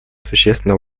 существенно